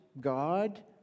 God